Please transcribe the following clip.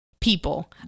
people